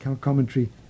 commentary